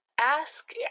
ask